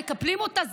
מקפלים אותה,